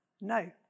No